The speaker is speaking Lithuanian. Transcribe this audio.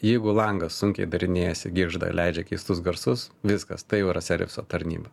jeigu langas sunkiai darinėjasi girgžda leidžia keistus garsus viskas tai jau yra serviso tarnyba